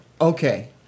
Okay